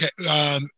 okay